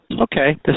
Okay